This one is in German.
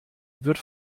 wird